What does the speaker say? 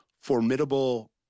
formidable